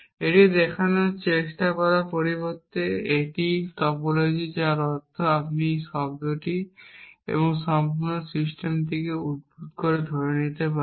এটি দেখানোর চেষ্টা করার পরিবর্তে যে এটিই টপোলজি যার অর্থ আপনি একটি শব্দ এবং সম্পূর্ণ সিস্টেমকে উদ্ভূত এবং ধরে নিতে পারেন